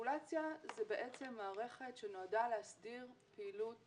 רגולציה זה בעצם מערכת שנועדה להסדיר פעילות